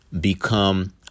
become